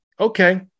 okay